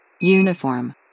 Uniform